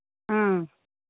ꯎꯝ